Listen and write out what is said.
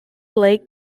lake